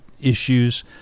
issues